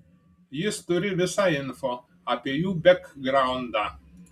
jis turi visą info apie jų bekgraundą